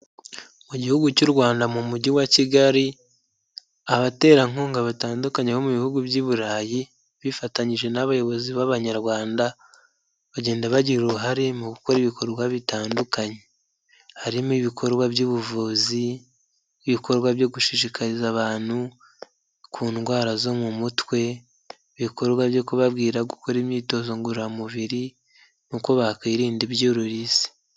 Mu gihugu cy'u Rwanda mu mujyi wa Kigali, abaterankunga batandukanye bo mu bihugu by'i Burayi bifatanyije n'abayobozi b'abanyarwanda, bagenda bagira uruhare mu gukora ibikorwa bitandukanye, harimo ibikorwa by'ubuvuzi, ibikorwa byo gushishikariza abantu ku ndwara zo mu mutwe, ibikorwa byo kubabwira gukora imyitozo ngororamubiri n’uko bakwirinda ibyuririzi.